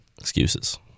Excuses